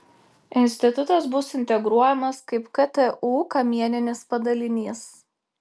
institutas bus integruojamas kaip ktu kamieninis padalinys